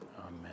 Amen